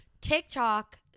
TikTok